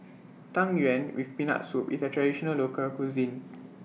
Tang Yuen with Peanut Soup IS A Traditional Local Cuisine